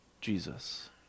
Jesus